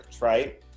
right